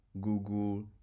Google